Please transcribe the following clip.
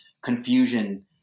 confusion